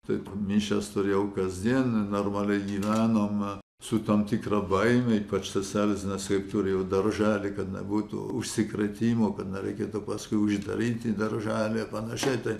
taip mišias turėjau kasdien normaliai gyvenom su tam tikra baime ypač seselės nes ji turi darželį kad nebūtų užsikrėtimų kad nereikėtų paskui uždaryti darželį ir panašiai tai